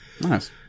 Nice